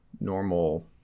normal